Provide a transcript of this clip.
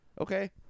Okay